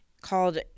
called